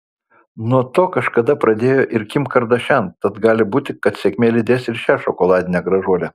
nuo to kažkada pradėjo ir kim kardashian tad gali būti kad sėkmė lydės ir šią šokoladinę gražuolę